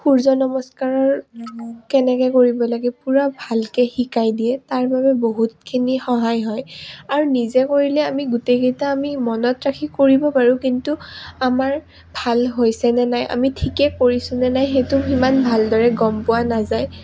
সূৰ্য নমস্কাৰৰ কেনেকৈ কৰিব লাগে পূৰা ভালকৈ শিকাই দিয়ে তাৰ বাবে বহুতখিনি সহায় হয় আৰু নিজে কৰিলে আমি গোটেইকেইটা আমি মনত ৰাখি কৰিব পাৰোঁ কিন্তু আমাৰ ভাল হৈছেনে নাই আমি ঠিকে কৰিছোনে নাই সেইটো সিমান ভালদৰে গম পোৱা নাযায়